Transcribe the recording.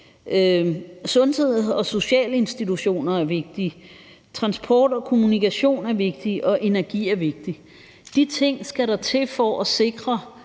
sundheds- og sociale institutioner er vigtige, at transport og kommunikation er vigtigt, og at energi er vigtigt. De ting skal der til for at sikre,